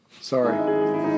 Sorry